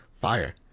fire